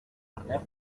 arder